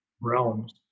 realms